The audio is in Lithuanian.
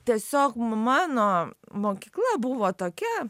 tiesiog mano mokykla buvo tokia